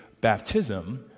baptism